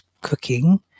cooking